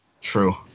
True